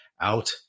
out